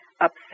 upset